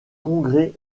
congrès